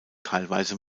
teilweise